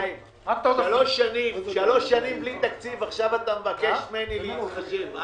שלוש שנים בלי תקציב ועכשיו אתה מבקש ממני להתחשב.